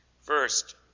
first